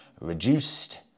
reduced